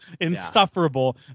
insufferable